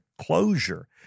closure